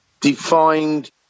defined